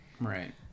Right